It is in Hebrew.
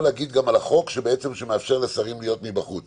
להגיד גם על החוק שמאפשר לשרים להיות מבחוץ